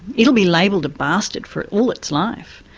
it will be labelled a bastard for all its life.